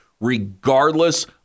regardless